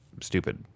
stupid